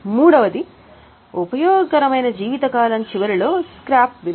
మూడవది ఉపయోగకరమైన జీవిత కాలం చివరిలో స్క్రాప్ విలువ